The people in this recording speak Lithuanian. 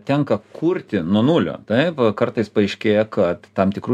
tenka kurti nuo nulio taip kartais paaiškėja kad tam tikrų